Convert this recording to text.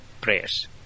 prayers